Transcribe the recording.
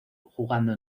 jugando